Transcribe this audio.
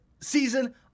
season